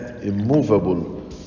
immovable